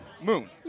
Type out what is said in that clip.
moon